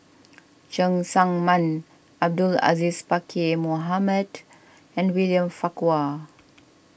Cheng Tsang Man Abdul Aziz Pakkeer Mohamed and William Farquhar